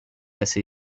assez